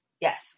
Yes